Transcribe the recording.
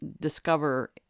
discover